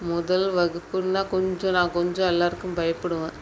முதல் வகுப்புன்னா கொஞ்சம் நான் கொஞ்சம் எல்லோருக்கும் பயப்படுவேன்